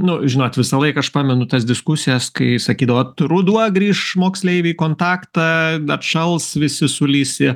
nu žinot visą laiką aš pamenu tas diskusijas kai sakydavo ruduo grįš moksleiviai kontaktą atšals visi sulįs į